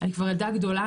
אני כבר ילדה גדולה,